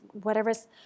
whatever's